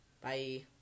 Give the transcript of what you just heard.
Bye